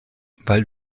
weil